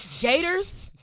gators